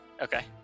Okay